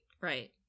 Right